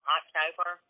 October